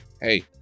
Hey